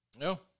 No